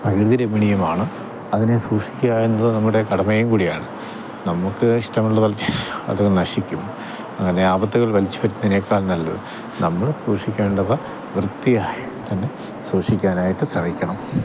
പ്രകൃതിരമണീയമാണ് അതിനെ സൂക്ഷിക്കുക എന്നത് നമ്മുടെ കടമയും കൂടിയാണ് നമുക്ക് ഇഷ്ട്ടമുള്ള അത് നശിക്കും അങ്ങനെ ആപത്തുകൾ വലിച്ചുവരുത്തുന്നതിനേക്കാൾ നല്ലത് നമ്മള് സൂക്ഷിക്കേണ്ടവ വൃത്തിയായി തന്നെ സൂക്ഷിക്കാനായിട്ട് ശ്രമിക്കണം